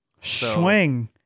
Swing